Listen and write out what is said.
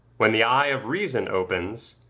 when the eye of reason opens,